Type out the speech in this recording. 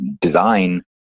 design